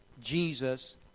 Jesus